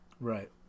Right